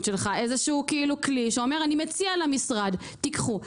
שלך איזשהו כלי שאתה מציע למשרד לקחת.